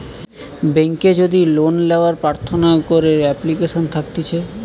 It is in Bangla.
বেংকে যদি লোন লেওয়ার প্রার্থনা করে এপ্লিকেশন থাকতিছে